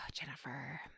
Jennifer